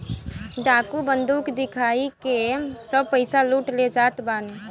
डाकू बंदूक दिखाई के सब पईसा लूट ले जात बाने